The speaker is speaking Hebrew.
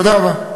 תודה רבה.